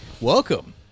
Welcome